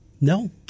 No